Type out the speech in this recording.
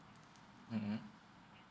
mmhmm